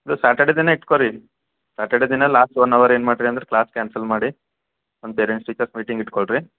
ಅದು ಸ್ಯಾಟರ್ಡೇ ದಿನ ಇಟ್ಕೋ ರೀ ಸ್ಯಾಟರ್ಡೇ ದಿನ ಲಾಸ್ಟ್ ಒನ್ ಅವರ್ ಏನು ಮಾಡಿರಿ ಅಂದ್ರೆ ಕ್ಲಾಸ್ ಕ್ಯಾನ್ಸಲ್ ಮಾಡಿ ಒಂದು ಪೇರೆಂಟ್ಸ್ ಟೀಚರ್ಸ್ ಮೀಟಿಂಗ್ ಇಟ್ಟುಕೊಳ್ರಿ